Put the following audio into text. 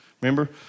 Remember